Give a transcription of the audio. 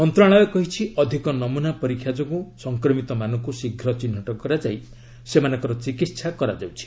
ମନ୍ତ୍ରଣାଳୟ କହିଛି ଅଧିକ ନମୂନା ପରୀକ୍ଷା ଯୋଗୁଁ ସଂକ୍ରମିତ ମାନଙ୍କୁ ଶୀଘ୍ର ଚିହ୍ନଟ କରାଯାଇ ସେମାନଙ୍କର ଚିକିତ୍ସା କରାଯାଉଛି